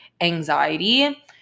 anxiety